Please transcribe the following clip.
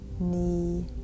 Knee